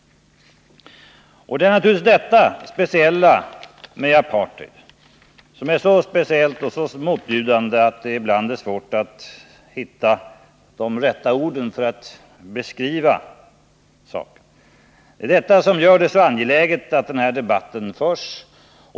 Det är detta speciella med apartheid, som är så motbjudande att det ibland är svårt att hitta de rätta orden för att beskriva saken, som gör det så angeläget att den här debatten förs.